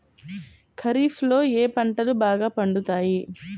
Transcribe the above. ఖరీఫ్లో ఏ పంటలు బాగా పండుతాయి?